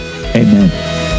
Amen